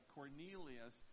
Cornelius